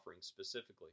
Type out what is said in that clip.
specifically